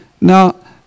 Now